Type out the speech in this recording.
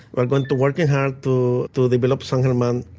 we're going to working hard to to develop san german,